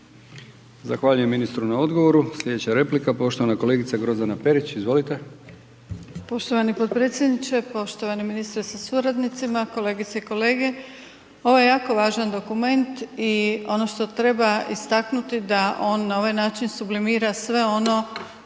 Zahvaljujem ministru na odgovoru. Sljedeća replika, poštovana kolegica Grozdana Perić. Izvolite. **Perić, Grozdana (HDZ)** Poštovani potpredsjedniče, poštovani ministre sa suradnicima, kolegice i kolege. Ovo je jako važan dokument i ono što treba istaknuti da on na ovaj način sublimira sve ono